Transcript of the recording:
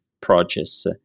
projects